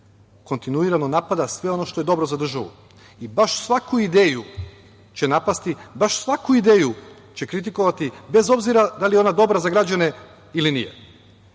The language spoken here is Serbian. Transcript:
kontinuirano napada sve ono što je dobro za državu i baš svaku ideju će napasti, baš svaku ideju će kritikovati bez obzira da li je ona dobra za građane ili nije.